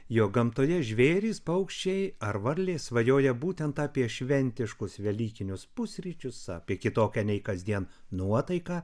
jog gamtoje žvėrys paukščiai ar varlės svajoja būtent apie šventiškus velykinius pusryčius apie kitokią nei kasdien nuotaiką